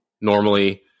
normally